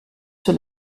sur